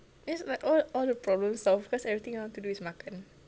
it's like all all the problems solved because everything I want to do is makan